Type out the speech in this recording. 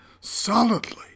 solidly